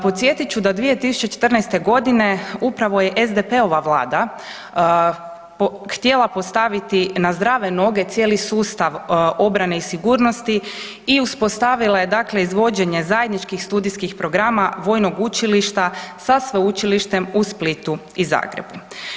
Podsjetit ću da 2014. g. upravo je SDP-ova Vlada htjela postaviti na zdrave noge cijeli sustav obrane i sigurnosti i uspostavila je, dakle izvođenje zajedničkih studijskih programa Vojnog učilišta sa Sveučilištem u Splitu i Zagrebu.